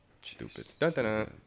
Stupid